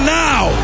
now